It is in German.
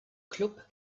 club